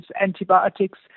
antibiotics